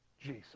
Jesus